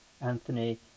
Anthony